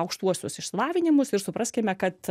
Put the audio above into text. aukštuosius išsilavinimus ir supraskime kad